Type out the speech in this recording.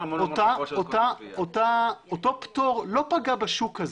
אותו פטור לא פגע בשוק הזה.